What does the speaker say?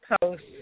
post